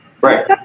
Right